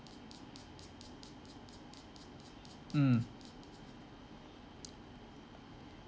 mm